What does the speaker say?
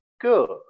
good